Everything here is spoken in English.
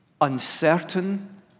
uncertain